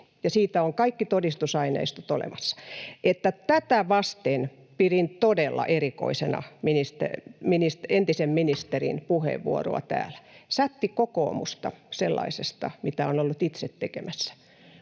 Siitä on kaikki todistusaineistot olemassa. Niin että tätä vasten pidin todella erikoisena entisen ministerin puheenvuoroa täällä — sätti kokoomusta sellaisesta, mitä on ollut itse tekemässä.